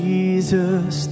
Jesus